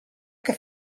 que